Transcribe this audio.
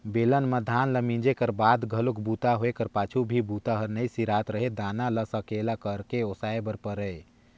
बेलन म धान ल मिंजे कर बाद घलोक बूता होए कर पाछू में भी बूता हर नइ सिरात रहें दाना ल सकेला करके ओसाय बर परय